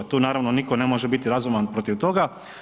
Tu naravno, nitko ne može biti razuman protiv toga.